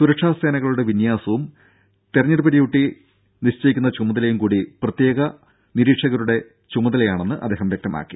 സുരക്ഷാ സേനകളുടെ വിന്യാസവും തെരഞ്ഞെടുപ്പ് ഡ്യൂട്ടി നിശ്ചയിക്കാനുമുള്ള ചുമതലയും കൂടി പ്രത്യേക നിരീക്ഷകരുടെ ചുമതലയാണെന്ന് അദ്ദേഹം വ്യക്തമാക്കി